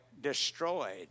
destroyed